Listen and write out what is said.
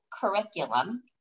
curriculum